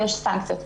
יש סנקציות.